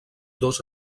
dos